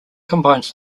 combines